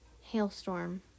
Hailstorm